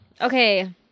Okay